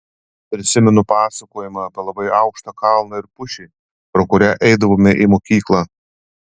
prisimenu pasakojimą apie labai aukštą kalną ir pušį pro kurią eidavome į mokyklą